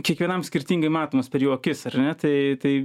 kiekvienam skirtingai matomas per jo akis ar ne tai